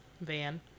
van